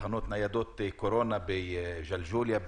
תחנות ניידות קורונה בג'לג'וליה,